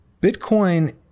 Bitcoin